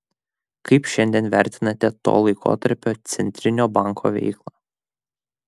kaip šiandien vertinate to laikotarpio centrinio banko veiklą